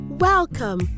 Welcome